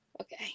Okay